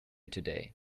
today